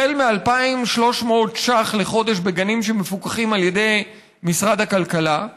החל מ-2,300 ש"ח לחודש בגנים שמפוקחים על ידי משרד הכלכלה,